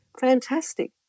fantastic